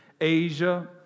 Asia